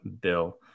bill